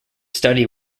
study